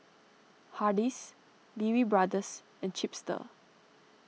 Hardy's Lee Wee Brothers and Chipster